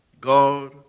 God